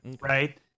right